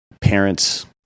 parents